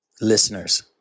listeners